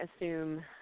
assume